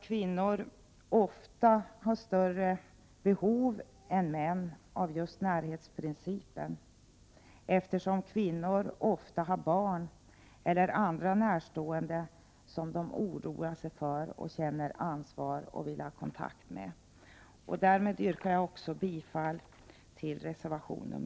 Kvinnor har ofta större behov av närhet än män, eftersom kvinnor ofta har barn eller andra närstående som de oroar sig för, Prot. 1988/89:103 känner ansvar för och vill ha kontakt med. 25 april 1989 Därmed yrkar jag bifall också till reservation 5.